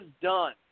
done